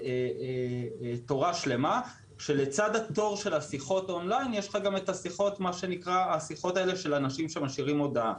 לצד התור של השיחות און-ליין יש גם השיחות של אנשים שמשאירים הודעה,